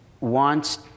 wants